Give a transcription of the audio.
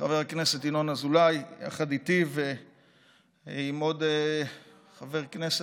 חבר הכנסת ינון אזולאי יחד איתי ועם עוד חבר כנסת,